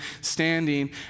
standing